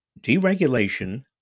Deregulation